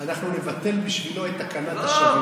אנחנו נבטל בשבילו את תקנת השבים.